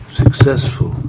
successful